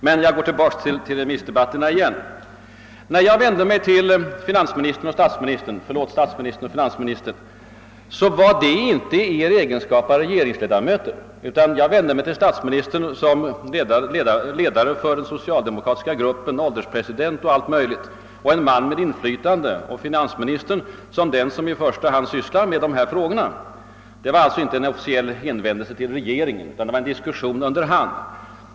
Men jag går tillbaka till remissdebatterna igen. När jag vände mig till statsministern och finansministern så var det inte i er egenskap av regeringsledamöter, utan jag vände mig till statsministern som ledare för den socialdemokratiska gruppen, men ålderspresident i kammaren, en man med inflytande och erfarenhet och till finansministern som den som i första hand brukar bära bördan av remissdebatten. Det var alltså inte en officiell hänvändelse till regeringen. Det var en diskussion under hand.